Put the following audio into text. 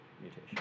mutation